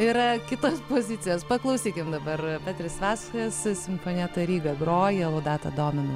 yra kitos pozicijos paklausykime dabar peteris vaskas sinfonieta ryga groja laudate dominum